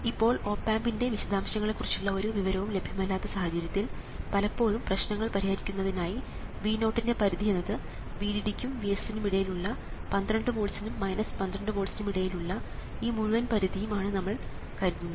ഇപ്പോൾ ഓപ് ആമ്പിൻറെ വിശദാംശങ്ങളെക്കുറിച്ചുള്ള ഒരു വിവരവും ലഭ്യമല്ലാത്ത സാഹചര്യങ്ങളിൽ പലപ്പോഴും പ്രശ്നങ്ങൾ പരിഹരിക്കുന്നതിനായി Vo ൻറെ പരിധി എന്നത് VDD യ്ക്കും VSS നും ഇടയിലുള്ള 12 വോൾട്സ്നും 12 വോൾട്സ്നും ഇടയിലുള്ള ഈ മുഴുവൻ പരിധിയും ആണെന്ന് നമ്മൾ കരുതുന്നു